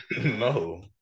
no